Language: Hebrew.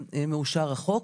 מאושר החוק.